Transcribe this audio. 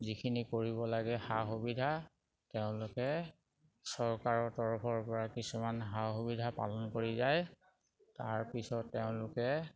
যিখিনি কৰিব লাগে সা সুবিধা তেওঁলোকে চৰকাৰৰ তৰফৰ পৰা কিছুমান সা সুবিধা পালন কৰি যায় তাৰপিছত তেওঁলোকে